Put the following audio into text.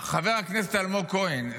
חבר הכנסת אלמוג כהן,